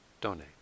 donate